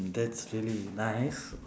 that's really nice